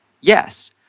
yes